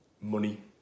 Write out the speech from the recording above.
money